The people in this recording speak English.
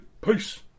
peace